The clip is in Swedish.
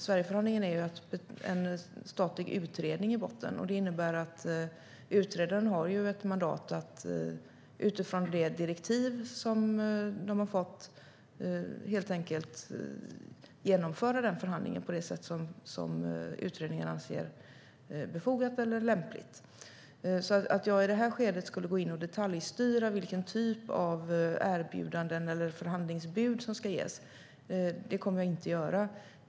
Sverigeförhandlingen är ju en statlig utredning i botten, och det innebär att utredaren har ett mandat att utifrån det direktiv man har fått helt enkelt genomföra förhandlingen på det sätt utredningen anser befogat eller lämpligt. Jag kommer alltså i det här skedet inte att gå in och detaljstyra vilken typ av erbjudanden eller förhandlingsbud som ska ges.